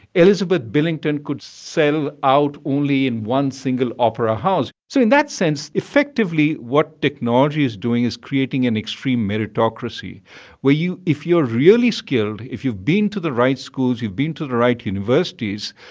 elizabeth billington could sell out only in one single opera house so in that sense, effectively, what technology is doing is creating an extreme meritocracy where you if you're really skilled, if you've been to the right schools, you've been to the right universities,